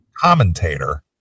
commentator